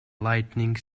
lightning